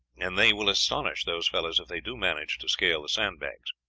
and they will astonish those fellows if they do manage to scale the sandbags.